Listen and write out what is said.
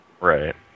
Right